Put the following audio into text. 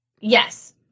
Yes